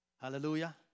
Hallelujah